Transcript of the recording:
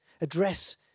address